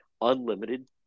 unlimited